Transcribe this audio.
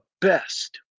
best